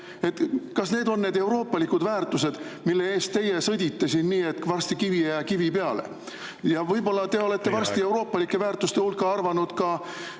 Kas need on need euroopalikud väärtused, mille eest teie sõdite siin, nii et varsti ei jää kivi kivi peale? Teie aeg! Võib-olla te olete varsti euroopalike väärtuste hulka arvanud ka